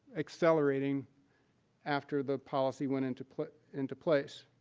accelerating after the policy went into put into place.